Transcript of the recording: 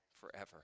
forever